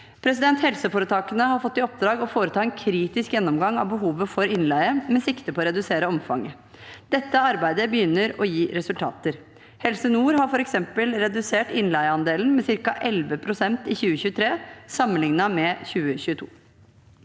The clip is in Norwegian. utvikling. Helseforetakene har fått i oppdrag å foreta en kritisk gjennomgang av behovet for innleie med sikte på å redusere omfanget. Dette arbeidet begynner å gi resultater. Helse nord har f.eks. redusert innleieandelen med ca. 11 pst. i 2023 sammenlignet med 2022.